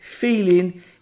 feeling